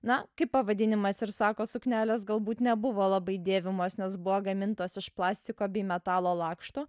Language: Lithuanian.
na kaip pavadinimas ir sako suknelės galbūt nebuvo labai dėvimos nes buvo gamintos iš plastiko bei metalo lakšto